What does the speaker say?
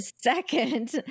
second